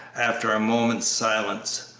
after a moment's silence,